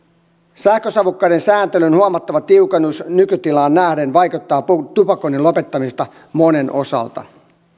sähkösavukkeiden sääntelyn huomattava tiukennus nykytilaan nähden vaikeuttaa tupakoinnin lopettamista monen osalta